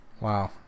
wow